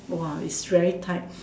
[wah] it's very tight